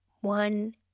one